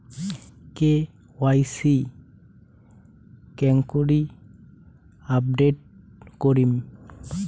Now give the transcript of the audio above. KYC কেঙ্গকরি update করিম?